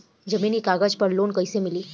जमीन के कागज पर लोन कइसे मिली?